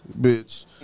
bitch